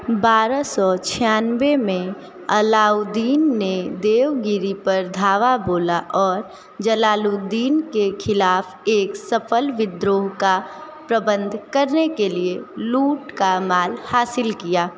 बारह सौ छियानवे में अलाउद्दीन ने देवगिरी पर धावा बोला और जलालुद्दीन के खिलाफ़ एक सफल विद्रोह का प्रबंध करने के लिए लूट का माल हासिल किया